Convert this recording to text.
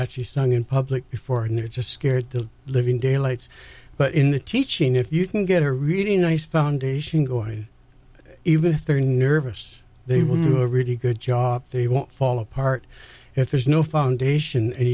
actually sung in public before and they're just scared the living daylights but in the teaching if you can get a really nice foundation going even if they're nervous they will do a really good job they won't fall apart if there's no foundation and